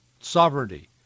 sovereignty